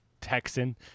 Texan